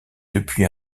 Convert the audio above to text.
depuis